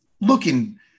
Looking